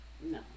No